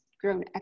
grown